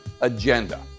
agenda